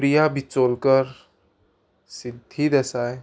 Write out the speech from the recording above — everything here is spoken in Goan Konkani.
प्रिया बिचोलकर सिद्धी देसाय